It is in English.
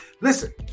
Listen